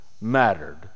mattered